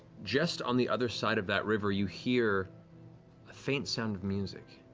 just on the other side of that river, you hear a faint sound of music.